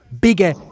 bigger